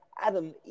Adam